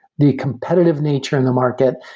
the competitive nature in the market,